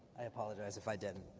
i apologize if i didn't.